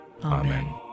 Amen